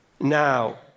Now